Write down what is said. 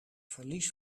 verlies